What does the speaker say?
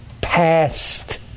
past